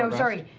so sorry.